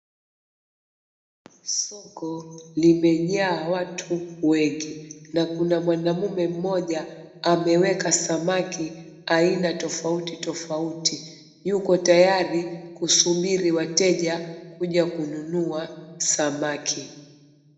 Soko limejaa watu wengi na kuna mwanamme mmoja ameweka samaki aina tofauti tofauti. Yuko tayari kusubiri wateja kuja kununua samaki.